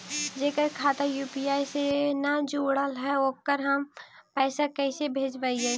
जेकर खाता यु.पी.आई से न जुटल हइ ओकरा हम पैसा कैसे भेजबइ?